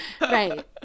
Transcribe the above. Right